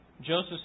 Joseph